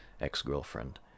ex-girlfriend